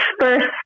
first